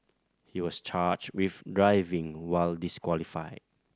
he was charged with driving while disqualified